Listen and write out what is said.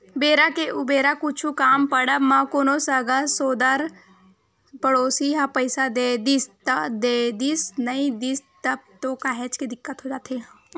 बेरा के उबेरा कुछु काम पड़ब म कोनो संगा सोदर पड़ोसी ह पइसा दे दिस त देदिस नइ दिस तब तो काहेच के दिक्कत हो जाथे